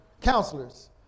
counselors